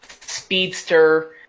speedster